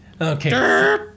Okay